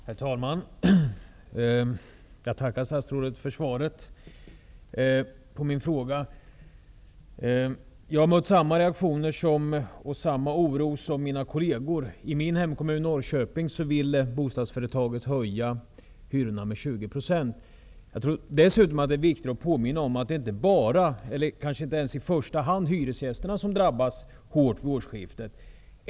Herr talman! Jag tackar statsrådet för svaret på min fråga. Jag har mött samma reaktioner och samma oro som mina kolleger. I min hemkommun 20 %. Jag tror att det är viktigt att påminna om att det inte är bara, eller kanske inte ens i första hand, hyresgästerna som drabbas hårt vid årsskiftet.